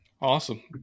Awesome